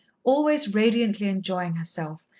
always radiantly enjoying herself,